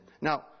Now